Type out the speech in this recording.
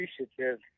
appreciative